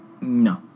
no